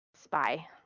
spy